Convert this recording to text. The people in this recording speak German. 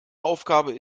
aufgabe